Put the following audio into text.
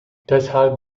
deshalb